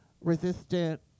resistant